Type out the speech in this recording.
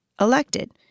elected